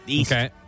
Okay